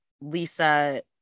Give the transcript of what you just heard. Lisa